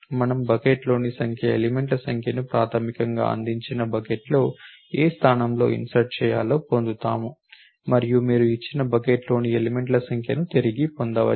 మనము బకెట్లోని సంఖ్య ఎలిమెంట్ల సంఖ్యను ప్రాథమికంగా అందించిన బకెట్లో ఏ స్థానంలో ఇన్సర్ట్ చేయాలో పొందుతాము మరియు మీరు ఇచ్చిన బకెట్లోని ఎలిమెంట్ల సంఖ్యను తిరిగి పొందవచ్చు